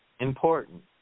important